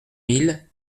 mille